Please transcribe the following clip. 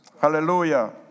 Hallelujah